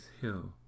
hill